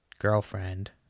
girlfriend